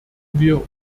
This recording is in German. wir